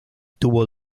tuvo